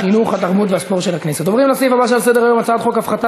חברת הכנסת יעל כהן-פארן,